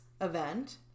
event